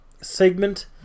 segment